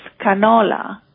canola